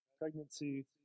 Pregnancy